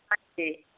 हां जी